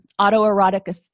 autoerotic